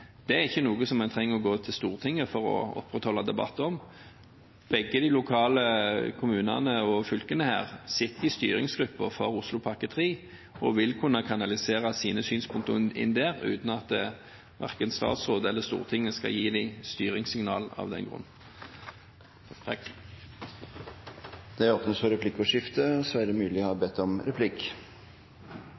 Det trenger en ikke å gå til Stortinget for å avholde en debatt om. Begge kommunene og fylkene sitter i styringsgruppen for Oslopakke 3 og vil kunne kanalisere sine synspunkter inn der, uten at verken statsråden eller Stortinget skal gi dem styringssignaler av den grunn. Det blir replikkordskifte. Det føles nesten litt rart, for